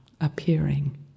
appearing